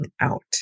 out